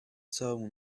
showed